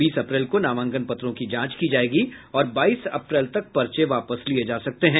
बीस अप्रैल को नामांकन पत्रों की जांच की जायेगी और बाईस अप्रैल तक पर्चे वापस लिये जा सकते हैं